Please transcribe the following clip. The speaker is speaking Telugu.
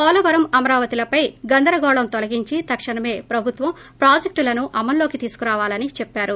పోలవరం అమరావతి ల పై గందరగోళం తొలగించి తక్షణమే ప్రభుత్వం ప్రాజెక్టులను అమలులో కి తీసురావాలని చెప్పారు